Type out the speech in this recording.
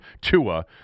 Tua